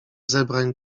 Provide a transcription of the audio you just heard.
zebrań